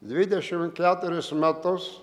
dvidešim keturius metus